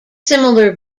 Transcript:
similar